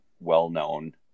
well-known